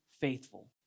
faithful